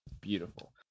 Beautiful